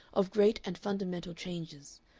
of great and fundamental changes,